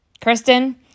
Kristen